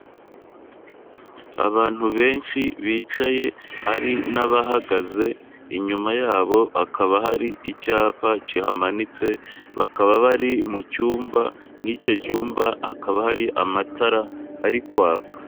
Abantu benshi bicaye hari n'abahagaze, inyuma yabo hakaba hari icyapa kihamanitse bakaba bari mu cyumba, muri icyo cyumba hakaba hari amatara ari kwaka.